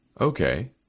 Okay